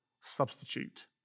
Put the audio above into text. substitute